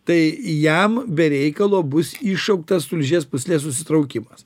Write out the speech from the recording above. tai jam be reikalo bus iššauktas tulžies pūslės susitraukimas